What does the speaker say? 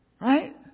Right